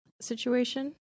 situation